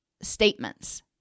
statements